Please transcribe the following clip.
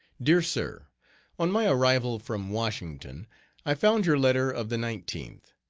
dear sir on my arrival from washington i found your letter of the nineteenth.